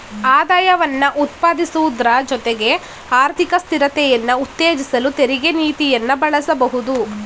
ಆದಾಯವನ್ನ ಉತ್ಪಾದಿಸುವುದ್ರ ಜೊತೆಗೆ ಆರ್ಥಿಕ ಸ್ಥಿರತೆಯನ್ನ ಉತ್ತೇಜಿಸಲು ತೆರಿಗೆ ನೀತಿಯನ್ನ ಬಳಸಬಹುದು